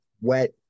Wet